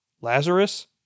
Lazarus